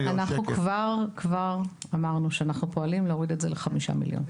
כבר אמרנו שאנחנו פועלים להוריד את זה לחמישה מיליון.